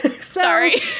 Sorry